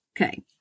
Okay